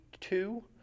two